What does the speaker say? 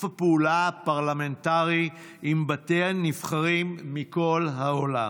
הפעולה הפרלמנטרי עם בתי הנבחרים מכל העולם.